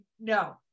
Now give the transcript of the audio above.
no